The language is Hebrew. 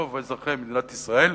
רוב אזרחי מדינת ישראל,